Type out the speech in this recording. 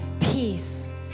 peace